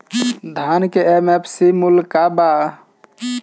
धान के एम.एफ.सी मूल्य का बा?